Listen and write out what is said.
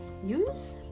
use